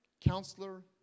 counselor